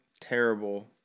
Terrible